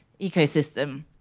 ecosystem